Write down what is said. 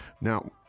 Now